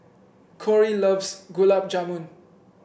Corie loves Gulab Jamun